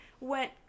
went